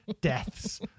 deaths